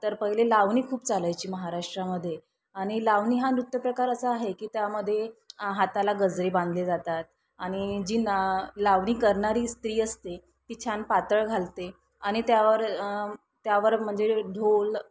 तर पहिले लावणी खूप चालायची महाराष्ट्रामध्ये आणि लावणी हा नृत्य प्रकार असा आहे की त्यामध्ये आ हाताला गजरे बांधले जातात आणि जी ना लावणी करणारी स्त्री असते ती छान पातळ घालते आणि त्यावर त्यावर म्हणजे ढोल